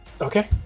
Okay